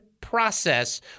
process